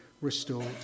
restored